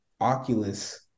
oculus